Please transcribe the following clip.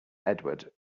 edward